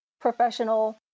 professional